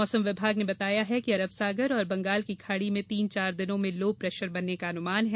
मौसम विभाग ने बताया है कि अरब सागर और बंगाल की खाड़ी में तीन चार दिनों में लो प्रेशर बनने का अनुमान है